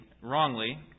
wrongly